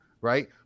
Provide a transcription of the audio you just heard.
right